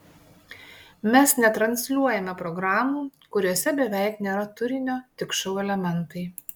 mes netransliuojame programų kuriose beveik nėra turinio tik šou elementai